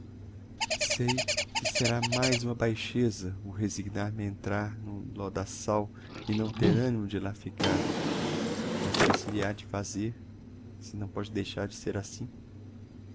sei que será mais uma baixeza o resignar me a entrar no lodaçal e não ter animo de lá ficar mas que se lhe ha de fazer se não pode deixar de ser assim